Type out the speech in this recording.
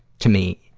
to me,